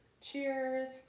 Cheers